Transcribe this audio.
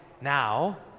now